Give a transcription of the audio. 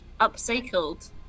upcycled